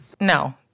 no